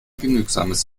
genügsames